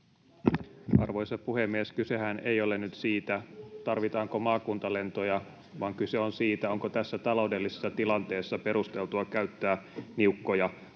Arvoisa puhemies! Kysehän ei ole nyt siitä, tarvitaanko maakuntalentoja, vaan kyse on siitä, onko tässä taloudellisessa tilanteessa perusteltua käyttää niukkoja valtion